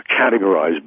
categorized